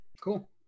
Cool